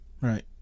right